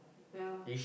ya